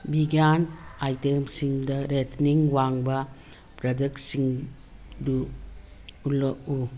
ꯕꯤꯒ꯭ꯌꯥꯟ ꯑꯥꯏꯇꯦꯝꯁꯤꯡꯗ ꯑꯥꯏꯇꯦꯝꯁꯤꯡꯗ ꯔꯦꯠꯇꯅꯤꯡ ꯋꯥꯡꯕ ꯄ꯭ꯔꯗꯛꯁꯤꯡꯗꯨ ꯎꯠꯂꯛꯎ